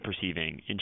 perceiving